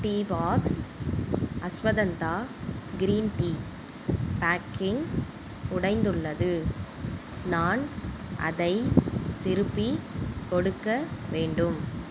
tea box அஸ்வதந்தா green tea packing உடைந்துள்ளது நான் அதைத் திருப்பிக் கொடுக்க வேண்டும்